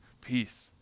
peace